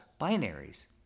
binaries